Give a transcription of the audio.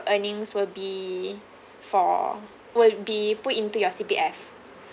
earnings will be for would be put into your C_P_F